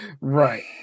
Right